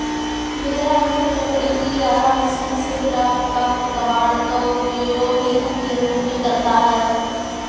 मेरा मित्र लकड़ी की आरा मशीन से प्राप्त काष्ठ कबाड़ का उपयोग ईंधन के रूप में करता है